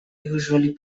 usually